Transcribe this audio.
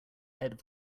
head